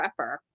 prepper